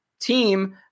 team